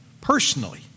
personally